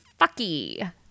fucky